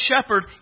shepherd